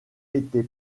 été